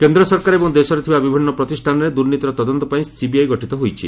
କେନ୍ଦ୍ର ସରକାର ଏବଂ ଦେଶରେ ଥିବା ବିଭିନ୍ନ ପ୍ରତିଷାନରେ ଦୁର୍ନୀତିର ତଦନ୍ତପାଇଁ ସିବିଆଇ ଗଠିତ ହୋଇଛି